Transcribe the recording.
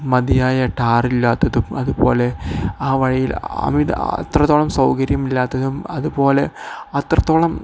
മതിയായ ടാറില്ലാത്തതും അതുപോലെ ആ വഴിയിൽ അത്രത്തോളം സൗകര്യമില്ലാത്തതും അതുപോലെ അത്രത്തോളം